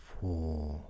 Four